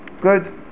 Good